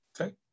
Okay